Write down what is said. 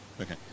Okay